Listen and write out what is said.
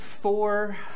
four